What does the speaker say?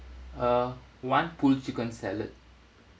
uh one pulled chicken salad